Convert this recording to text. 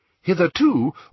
Hitherto